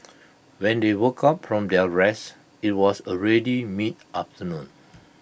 when they woke up from their rest IT was already mid afternoon